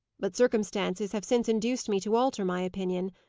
but circumstances have since induced me to alter my opinion,